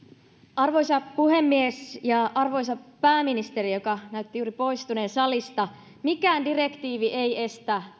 arvoisa puhemies arvoisa pääministeri joka näytti juuri poistuneen salista mikään direktiivi ei estä